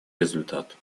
результат